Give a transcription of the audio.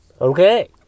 okay